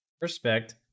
respect